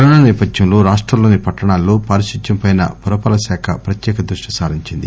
corona నేపథ్యంలో రాష్టంలోని పట్టణాల్లో పారిశుధ్ధ్యంపై పురపాలక శాఖ ప్రత్యేకంగా దృష్టి సారించింది